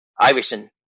Iverson